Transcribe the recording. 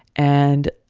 and